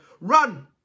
run